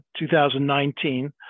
2019